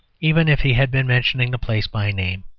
even if he had been mentioning the place by name.